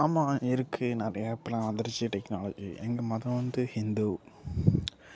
ஆமாம் இருக்கு நிறையா இப்போலாம் வந்துருச்சு டெக்னாலஜி எங்கள் மதம் வந்து ஹிந்து